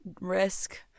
risk